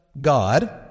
God